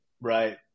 Right